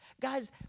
Guys